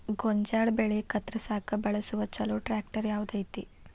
ಗೋಂಜಾಳ ಬೆಳೆ ಕತ್ರಸಾಕ್ ಬಳಸುವ ಛಲೋ ಟ್ರ್ಯಾಕ್ಟರ್ ಯಾವ್ದ್ ಐತಿ?